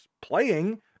playing